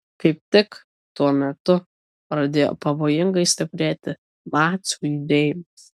kaip tik tuo metu pradėjo pavojingai stiprėti nacių judėjimas